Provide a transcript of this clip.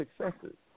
successes